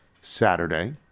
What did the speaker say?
saturday